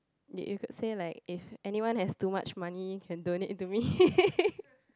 ya you could say like if anyone has too much money can donate to me